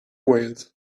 wales